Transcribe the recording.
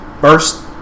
first